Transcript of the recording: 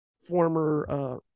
former